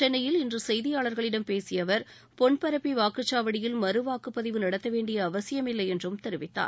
சென்னையில் இன்று செய்தியாளர்களிடம் பேசிய அவர் பொன்பரப்பி வாக்குச்சாவடியில் மறுவாக்குப்பதிவு நடத்த வேண்டிய அவசியம் இல்லை என்றும் தெரிவித்தார்